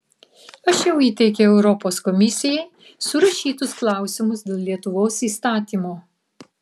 aš jau įteikiau europos komisijai surašytus klausimus dėl lietuvos įstatymo